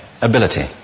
ability